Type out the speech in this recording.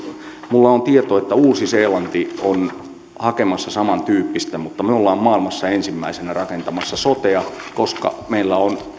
minulla on tieto että uusi seelanti on hakemassa samantyyppistä mutta me olemme maailmassa ensimmäisenä rakentamassa sotea koska meillä on